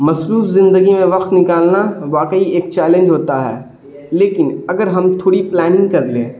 مصروف زندگی میں وقت نکالنا واقعی ایک چیلنج ہوتا ہے لیکن اگر ہم تھوڑی پلاننگ کر لیں